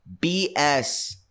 BS